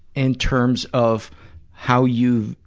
in terms of how you've,